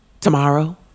tomorrow